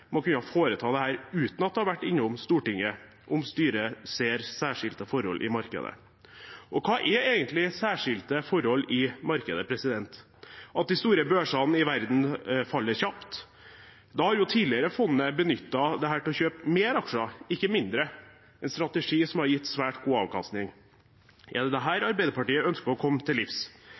kunne foreta dette uten at det har vært innom Stortinget, om styret ser «særskilte forhold» i markedet. Hva er egentlig «særskilte forhold» i markedet? At de store børsene i verden faller kjapt? Da har jo fondet tidligere benyttet dette til å kjøpe mer aksjer, ikke mindre – en strategi som har gitt svært god avkastning. Er det dette Arbeiderpartiet ønsker å komme til livs?